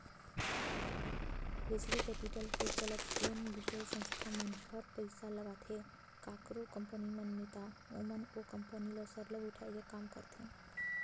venture capital के चलत जेन बित्तीय संस्था मन हर पइसा लगाथे काकरो कंपनी मन में ता ओमन ओ कंपनी ल सरलग उठाए के काम करथे